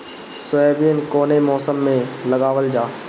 Soybean कौने मौसम में लगावल जा?